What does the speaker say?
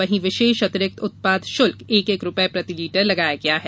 वहीं विशेष अतिरिक्त उत्पाद शुल्क एक एक रूपये प्रतिलीटर लगाया गया है